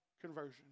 conversion